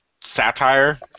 satire